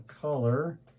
color